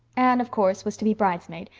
anne, of course, was to be bridesmaid,